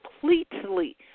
completely